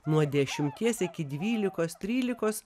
nuo dešimties iki dvylikos trylikos